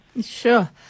Sure